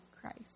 Christ